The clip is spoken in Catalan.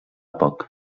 poc